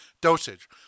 dosage